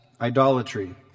idolatry